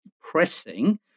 pressing